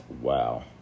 Wow